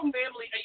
family